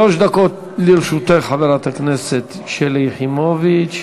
שלוש דקות לרשותך, חברת הכנסת שלי יחימוביץ.